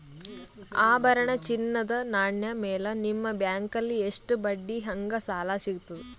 ಆಭರಣ, ಚಿನ್ನದ ನಾಣ್ಯ ಮೇಲ್ ನಿಮ್ಮ ಬ್ಯಾಂಕಲ್ಲಿ ಎಷ್ಟ ಬಡ್ಡಿ ಹಂಗ ಸಾಲ ಸಿಗತದ?